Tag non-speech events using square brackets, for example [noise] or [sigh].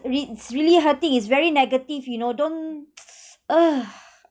re~ it's really hurting it's very negative you know don't [noise]